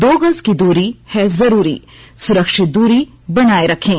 दो गज की दूरी है जरूरी सुरक्षित दूरी बनाए रखें